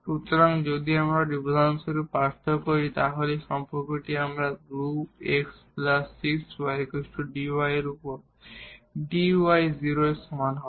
সুতরাং যদি আমরা উদাহরণস্বরূপ পার্থক্য করি তাহলে এই সম্পর্কটি আমরা 2 x প্লাস 6 y এবং dy এর উপর dy 0 এর সমান হবে